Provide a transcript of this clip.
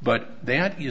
but that is